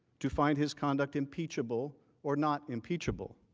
to find his conduct impeachable or not impeachable.